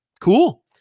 cool